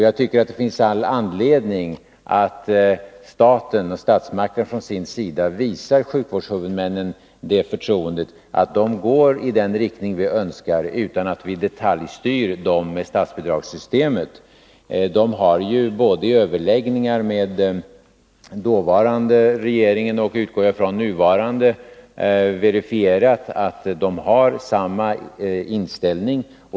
Jag tycker att det finns all anledning att statsmakterna från sin sida visar sjukvårdshuvudmännen detta förtroende och går i den riktning vi önskar, utan att vi detaljstyr dem med statsbidragssystemet. De har vid överläggningar med både den dåvarande regeringen och — det utgår jag ifrån — den nuvarande verifierat att de har samma inställning.